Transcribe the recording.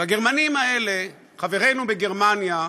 והגרמנים האלה, חברינו בגרמניה,